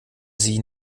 sie